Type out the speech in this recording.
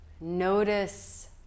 notice